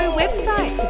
website